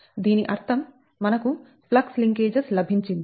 దీని అర్థం మనకు ఫ్లక్స్ లింకేజెస్ లభించింది